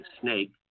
snake